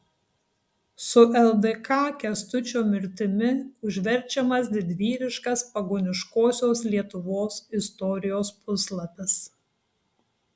su ldk kęstučio mirtimi užverčiamas didvyriškas pagoniškosios lietuvos istorijos puslapis